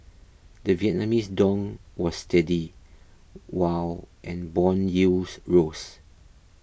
the Vietnamese dong was steady while and bond yields rose